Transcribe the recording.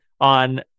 on